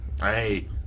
Hey